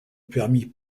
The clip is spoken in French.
permit